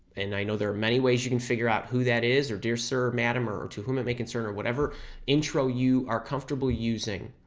and i know there are many ways you can figure out who that is, or dear sir or madam, or or to whom it may concern, or whatever intro you are comfortable using.